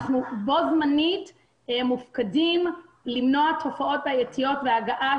אנחנו בו זמנית מופקדים למנוע תופעות בעייתיות והגעה